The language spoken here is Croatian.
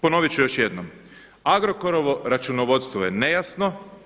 Ponovit ću još jednom Agrokorovo računovodstvo je nejasno.